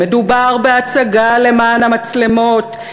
מדובר בהצגה למען המצלמות,